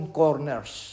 corners